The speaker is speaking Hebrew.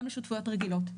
גם לשותפויות רגילות,